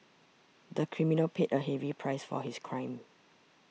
the criminal paid a heavy price for his crime